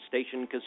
station